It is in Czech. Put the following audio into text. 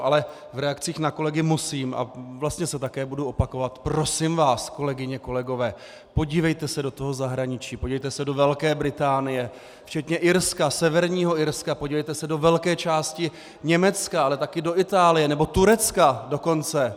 Ale v reakcích na kolegy musím a vlastně se také budu opakovat, prosím vás, kolegyně, kolegové, podívejte se do zahraničí, podívejte se do Velké Británie, včetně Irska, Severního Irska, podívejte se do velké části Německa, ale také do Itálie nebo Turecka dokonce.